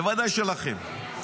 בוודאי שלכם,